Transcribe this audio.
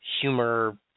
humor